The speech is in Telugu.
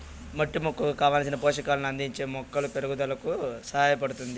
మట్టి మొక్కకు కావలసిన పోషకాలను అందించి మొక్కల పెరుగుదలకు సహాయపడుతాది